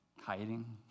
hiding